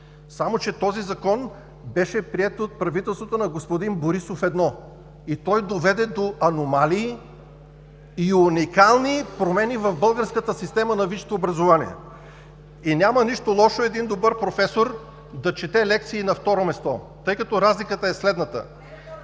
Само че този Закон беше приет от правителството на господин Борисов 1 и той доведе до аномалии и уникални промени в българската система на висшето образование. Няма нищо лошо един добър професор да чете лекции и на второ място. Тъй като разликата е следната,